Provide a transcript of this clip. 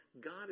God